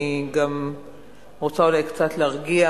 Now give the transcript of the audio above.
אני גם רוצה אולי קצת להרגיע.